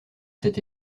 cet